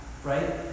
Right